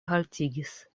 haltigis